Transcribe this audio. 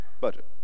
budget